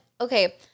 okay